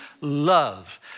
love